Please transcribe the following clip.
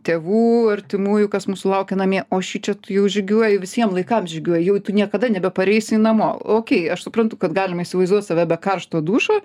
tėvų artimųjų kas mūsų laukia namie o šičia tu jau žygiuoji visiem laikam žygiuoji jau tu niekada nebepareisi į namo okei aš suprantu kad galima įsivaizduot save be karšto dušo